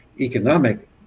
economic